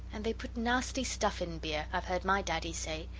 and they put nasty stuff in beer, i've heard my daddy say,